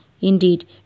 Indeed